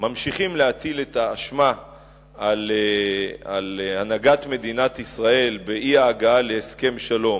ממשיכים להטיל על הנהגת מדינת ישראל את האשמה באי-הגעה להסכם שלום,